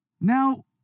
Now